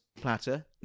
platter